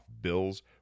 bills